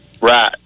Right